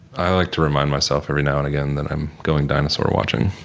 i like to remind myself every now and again that i'm going dinosaur watching.